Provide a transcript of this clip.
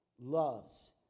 loves